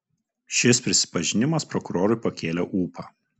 šis prisipažinimas prokurorui pakėlė ūpą